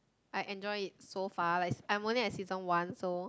I enjoy it so far like I'm only at season one so